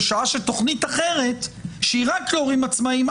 בשעה שתוכנית אחרת שהיא רק להורים עצמאיים,